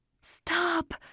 Stop